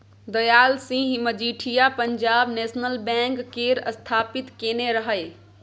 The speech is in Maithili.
दयाल सिंह मजीठिया पंजाब नेशनल बैंक केर स्थापित केने रहय